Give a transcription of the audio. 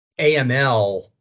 AML